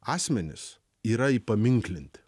asmenys yra įpaminklinti